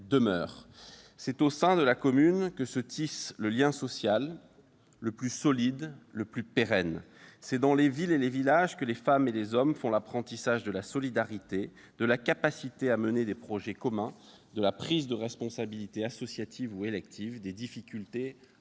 C'est au sein de la commune que se tisse le lien social le plus solide, le plus pérenne. C'est dans les villes et les villages que les femmes et les hommes font l'apprentissage de la solidarité, de la capacité à mener des projets communs, de la prise de responsabilités associatives ou électives, mais aussi des difficultés, bref,